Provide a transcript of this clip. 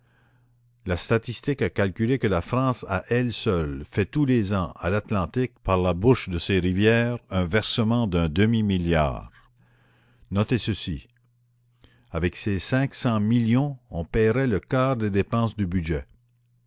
la statistique a calculé que la france à elle seule fait tous les ans à l'atlantique par la bouche de ses rivières un versement d'un demi milliard notez ceci avec ces cinq cents millions on payerait le quart des dépenses du budget